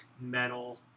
metal